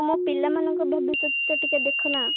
ଆମ ପିଲାମାନଙ୍କ ଭବିଷ୍ୟତଟା ଟିକେ ଦେଖନା